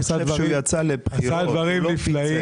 כי הוא עשה דברים נפלאים.